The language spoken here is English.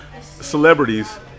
celebrities